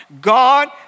God